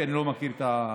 כי אני לא מכיר את הנושא.